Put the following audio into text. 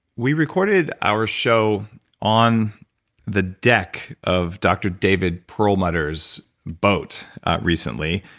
we recorded our show on the deck of dr. david perlmutter's boat recently,